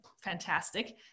fantastic